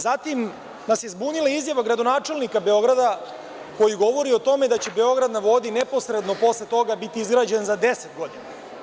Zatim nas je zbunila izjava gradonačelnika Beograda koji govori o tome da će „Beograd na vodi“ neposredno posle toga biti izgrađen za deset godina.